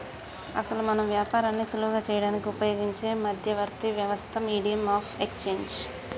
అసలు మనం వ్యాపారాన్ని సులువు చేయడానికి ఉపయోగించే మధ్యవర్తి వ్యవస్థ మీడియం ఆఫ్ ఎక్స్చేంజ్